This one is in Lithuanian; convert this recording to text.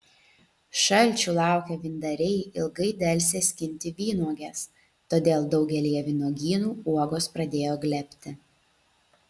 šalčių laukę vyndariai ilgai delsė skinti vynuoges todėl daugelyje vynuogynų uogos pradėjo glebti